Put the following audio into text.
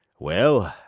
well,